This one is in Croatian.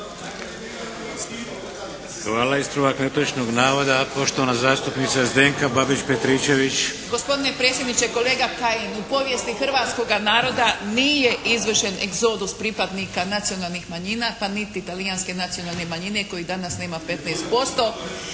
Hvala. Ispravak netočnog navoda poštovana zastupnica Zdenka Babić Petričević. **Babić-Petričević, Zdenka (HDZ)** Gospodine predsjedniče, kolega Kajin! U povijesti hrvatskoga naroda nije izvršen egzodus pripadnika nacionalnih manjina pa niti talijanske nacionalne manjine koji danas nema 15%,